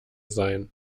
sein